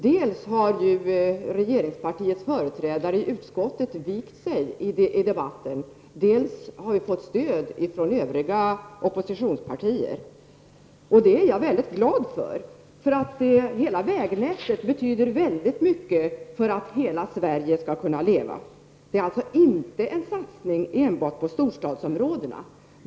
Dels har regeringspartiets företrädare i utskottet vikt sig i debatten, dels har vi fått stöd från övriga oppositionspartier. Det är jag mycket glad för. Vägnätet betyder mycket för att hela Sverige skall kunna leva. Det är alltså inte en satsning på enbart storstadsområdena.